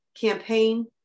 campaign